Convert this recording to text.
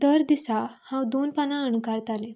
दर दिसा हांव दोन पानां अणकारतालें